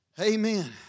amen